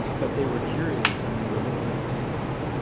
but they were curious, and they were looking for something.